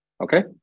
Okay